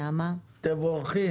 תבורכי.